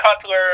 Cutler